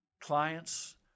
clients